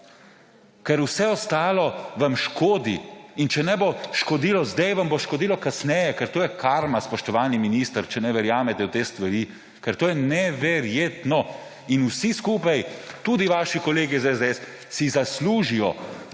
Vse ostalo vam škodi in če bo škodilo zdaj, vam bo škodilo kasneje, ker to je karma, spoštovani minister, če ne verjamete v te stvari, ker to je neverjetno! In vsi skupaj, tudi vaši kolegi iz SDS, si zaslužijo